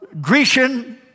Grecian